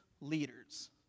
leaders